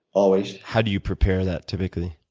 always. how do you prepare that, typically?